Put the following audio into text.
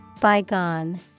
Bygone